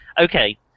Okay